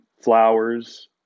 flowers